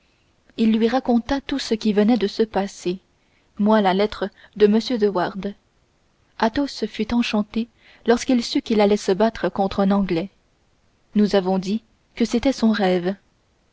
il raconta à athos tout ce qui venait de se passer moins la lettre de m de wardes athos fut enchanté lorsqu'il sut qu'il allait se battre contre un anglais nous avons dit que c'était son rêve